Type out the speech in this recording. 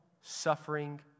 suffering